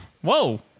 Whoa